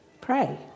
Pray